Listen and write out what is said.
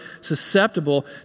susceptible